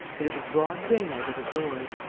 but it was broad daylight out of doors.